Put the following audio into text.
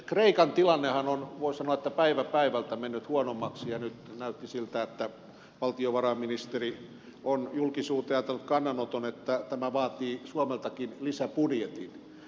kreikan tilannehan on voi sanoa päivä päivältä mennyt huonommaksi ja nyt näytti siltä että valtiovarainministeri on julkisuuteen antanut kannanoton että tämä vaatii suomeltakin lisäbudjetin